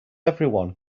everyone